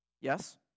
Yes